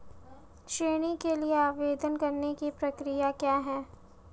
ऋण के लिए आवेदन करने की प्रक्रिया क्या है?